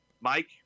Mike